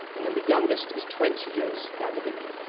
and then the youngest is twenty years younger than me.